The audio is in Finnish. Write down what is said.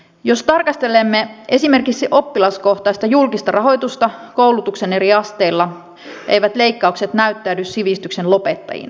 jos tarkastelemme esimerkiksi oppilaskohtaista julkista rahoitusta koulutuksen eri asteilla eivät leikkaukset näyttäydy sivistyksen lopettajina